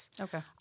Okay